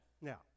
Now